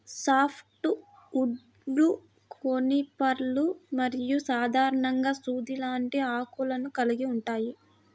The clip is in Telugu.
సాఫ్ట్ వుడ్లు కోనిఫర్లు మరియు సాధారణంగా సూది లాంటి ఆకులను కలిగి ఉంటాయి